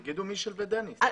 יגידו מישל ודניס,